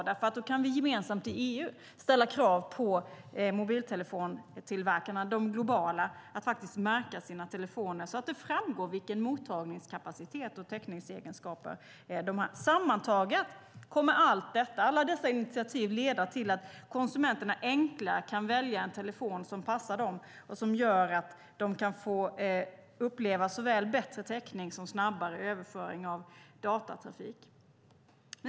Då kan vi gemensamt i EU ställa krav på de globala mobiltelefontillverkarna att märka sina telefoner så att det framgår vilken mottagningskapacitet och täckningsegenskaper de har. Sammantaget kommer alla dessa initiativ att leda till att konsumenterna enklare kan välja en telefon som passar dem och som gör att de kan få uppleva såväl bättre täckning som snabbare överföring av datatrafik.